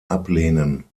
ablehnen